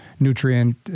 nutrient